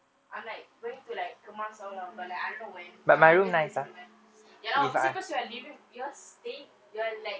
I'm like going to like kemas all lah but like I don't know when but I'm going to redo my room ya lah obviously cause you are living you're staying you are like